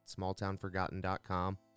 smalltownforgotten.com